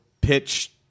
pitch